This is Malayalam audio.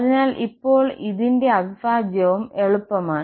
അതിനാൽ ഇപ്പോൾ e1−¿ x ന്റെ അവിഭാജ്യവും എളുപ്പമാണ്